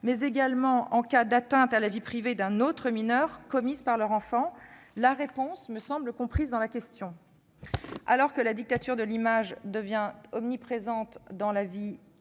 mais également en cas d'atteinte à la vie privée d'un autre mineur commise par leur enfant ? La réponse me semble comprise dans la question. Alors que la dictature de l'image devient omniprésente dans la vie des